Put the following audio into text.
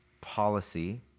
policy